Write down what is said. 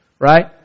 right